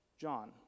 John